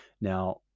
Now